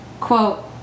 quote